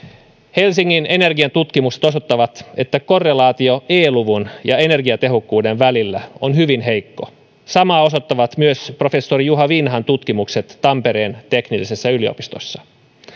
helsingin energian tutkimukset osoittavat että korrelaatio e luvun ja energiatehokkuuden välillä on hyvin heikko samaa osoittavat myös professori juha vinhan tutkimukset tampereen teknillisessä yliopistossa